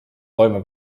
toime